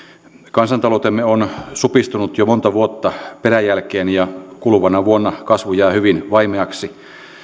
kansantaloutemme on supistunut jo monta vuotta peräjälkeen ja kuluvana vuonna kasvu jää hyvin vaimeaksi